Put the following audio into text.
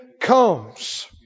comes